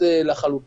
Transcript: רצוי